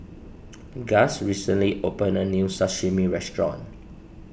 Gust recently opened a new Sashimi restaurant